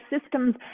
systems